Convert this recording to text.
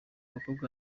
bakobwa